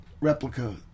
Replica